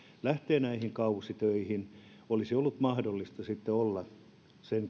lähtee näihin kausitöihin olisi ollut mahdollista olla siellä sen